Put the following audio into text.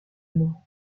mort